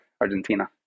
Argentina